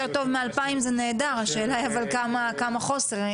יותר טוב מ-2,000 זה נהדר, השאלה כמה חוסר.